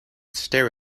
stare